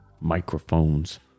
microphones